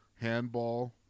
handball